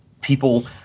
people